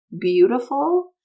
beautiful